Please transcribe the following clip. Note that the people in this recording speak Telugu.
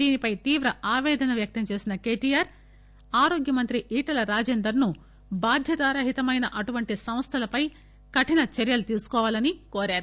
దీనిపై తీవ్ర ఆవేదన వ్యక్తంచేసిన కేటీఆర్ ఆరోగ్య మంత్రి ఈటల రాజేందర్ ను బాధ్యతా రహితమైన అటువంటి సంస్టలపై కఠినచర్యలు తీసుకోవాలని కోరారు